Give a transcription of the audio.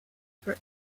for